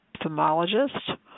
ophthalmologist